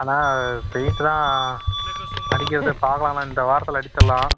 அண்ணா பெயிண்ட்லாம் அடிக்கிறதை பார்க்கலாண்ணா இந்த வாரத்தில் அடிச்சிடுலாம்